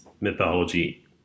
mythology